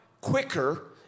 quicker